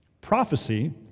Prophecy